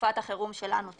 תקופת החירום שלנו תפקע.